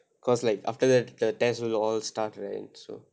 cause like after that the test will all start right so